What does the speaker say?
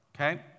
Okay